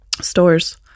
Stores